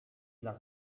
dla